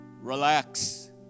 relax